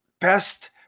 best